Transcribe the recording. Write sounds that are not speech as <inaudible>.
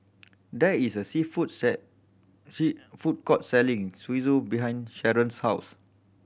there is a sea food <unintelligible> sea food court selling Zosui behind Sheron's house